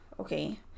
okay